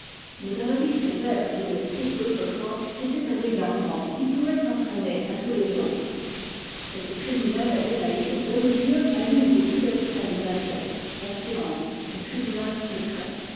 mais dans la vie sévère et domestique d'autrefois c'était un égarement qui pouvait entraîner à tous les autres cette criminelle adelaide donne lieu à l'une des plus belles scènes de la pièce la séance du tribunal secret